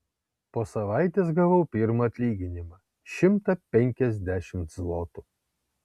po savaitės gavau pirmą atlyginimą šimtą penkiasdešimt zlotų